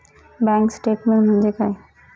Bank statement म्हणजे काय?